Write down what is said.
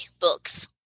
books